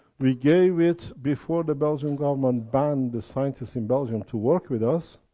we gave it. before the belgium government banned the scientists in belgium to work with us,